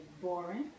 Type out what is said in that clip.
boring